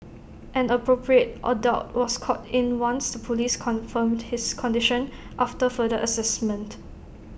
an appropriate adult was called in once the Police confirmed his condition after further Assessment